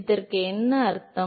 இதற்கு என்ன அர்த்தம்